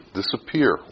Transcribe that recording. disappear